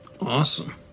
awesome